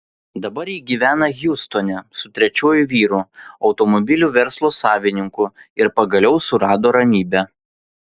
dabar ji gyvena hjustone su trečiuoju vyru automobilių verslo savininku ir pagaliau surado ramybę